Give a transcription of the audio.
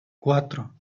cuatro